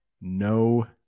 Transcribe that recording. no